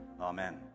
Amen